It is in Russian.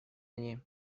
они